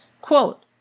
Quote